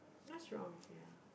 what's wrong with it ah